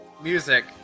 music